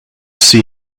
see